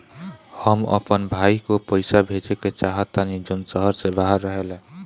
हम अपन भाई को पैसा भेजे के चाहतानी जौन शहर से बाहर रहेला